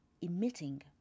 emitting